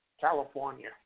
California